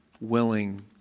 willing